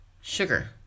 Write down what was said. sugar